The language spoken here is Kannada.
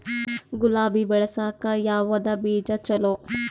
ಗುಲಾಬಿ ಬೆಳಸಕ್ಕ ಯಾವದ ಬೀಜಾ ಚಲೋ?